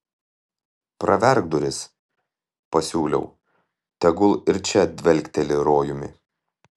praverk duris pasiūliau tegul ir čia dvelkteli rojumi